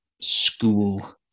school